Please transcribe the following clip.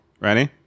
Ready